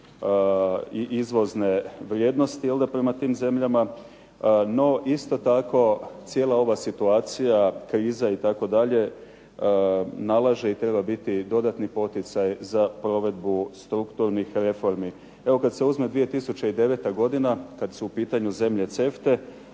i izvozne vrijednosti prema tim zemljama, no isto tako cijela ova situacija kriza itd. nalaže i treba biti dodatni poticaj za provedbu strukturnih reformi. Evo kad se uzme 2009. godina, kad su u pitanju zemlje CEFTA-e,